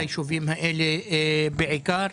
ליישובים האלה בעיקר.